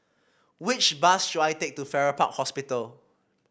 which bus should I take to Farrer Park Hospital